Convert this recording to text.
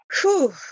Whew